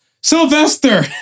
Sylvester